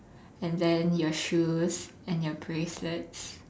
and then your shoes and your bracelets